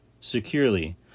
securely